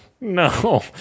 No